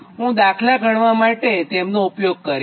હું દાખલા ગણવા માટે તેમનો ઉપયોગ કરીશ